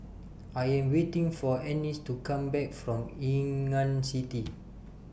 I Am waiting For Ennis to Come Back from Ngee Ann City